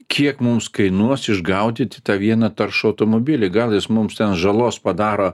kiek mums kainuos išgaudyti tą vieną taršų automobilį gal jis mums ten žalos padaro